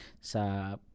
sa